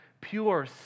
pure